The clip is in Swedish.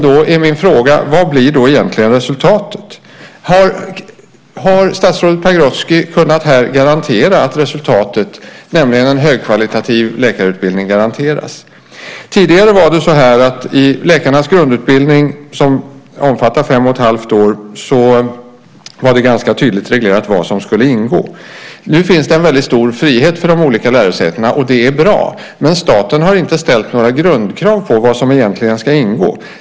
Då är min fråga: Vad blir då egentligen resultatet? Har statsrådet Pagrotsky här kunnat garantera resultatet, nämligen en högkvalitativ läkarutbildning? Tidigare var det ganska tydligt reglerat vad som skulle ingå i läkarnas grundutbildning som omfattar fem och ett halvt år. Nu finns det en väldigt stor frihet för de olika lärosätena, och det är bra. Men staten har inte ställt några grundkrav på vad som egentligen ska ingå.